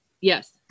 Yes